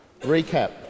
recap